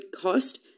cost